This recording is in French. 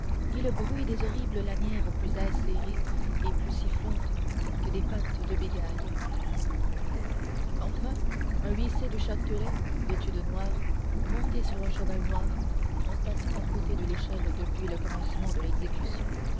ni le bruit des horribles lanières plus acérées et plus sifflantes que des pattes de bigailles enfin un huissier du châtelet vêtu de noir monté sur un cheval noir en station à côté de l'échelle depuis le commencement de l'exécution